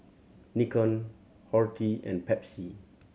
Nikon Horti and Pepsi